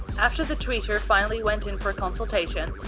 after the tweeter finally went in for consultation,